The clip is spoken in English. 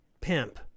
pimp